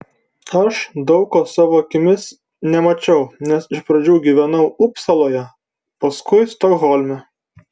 aš daug ko savo akimis nemačiau nes iš pradžių gyvenau upsaloje paskui stokholme